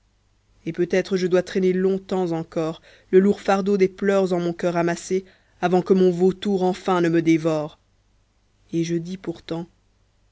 et peut-être je dois traîner longtemps encore le lourd fardeau des pleurs en mon coeur amassés avant que mon vautour enfin ne me dévore et je dis pourtant